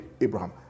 Abraham